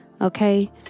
okay